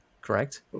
correct